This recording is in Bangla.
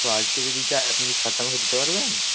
তো আজকে যদি যাই আপনি কি সারটা আমাকে দিতে পারবেন